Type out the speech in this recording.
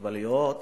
מוגבלויות